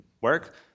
work